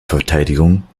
verteidigung